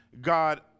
God